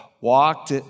walked